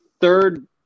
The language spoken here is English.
third